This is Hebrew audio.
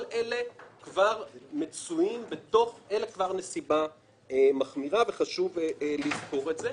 כל אלה כבר מצויים כנסיבה מחמיר וחשוב לזכור זאת.